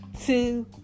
two